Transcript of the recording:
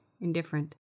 indifferent